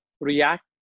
react